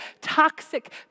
toxic